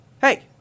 hey